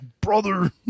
Brother